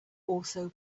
also